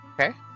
Okay